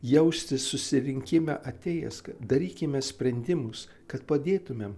jaustis susirinkime atėjęs kad darykime sprendimus kad padėtumėm